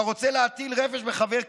אתה רוצה להטיל רפש בחבר כנסת?